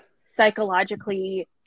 Psychologically